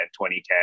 2010